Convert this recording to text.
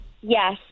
Yes